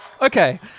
Okay